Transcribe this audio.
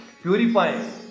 purifying